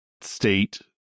state